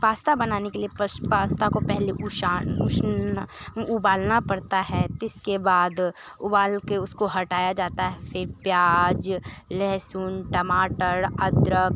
pasta बनाने के लिए पास्ता को पहले उबालना पड़ता है तिसके बाद उबाल के उसको हटाया जाता है फिर प्याज लहसुन टमाटर अदरक